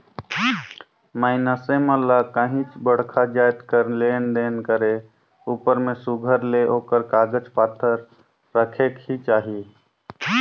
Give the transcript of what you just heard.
मइनसे मन ल काहींच बड़खा जाएत कर लेन देन करे उपर में सुग्घर ले ओकर कागज पाथर रखेक ही चाही